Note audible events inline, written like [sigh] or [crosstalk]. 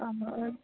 [unintelligible]